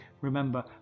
remember